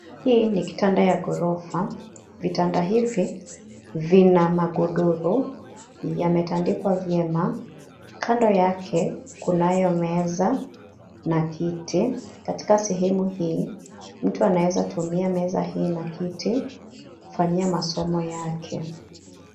Hii ni kitanda ya ghorofa, vitanda hivi, vina magodoro, yametandikwa vyema, kando yake, kunayo meza, na kiti, katika sehemu hii, mtu anaweza tumia meza hii na kiti, kufanyia masomo yake.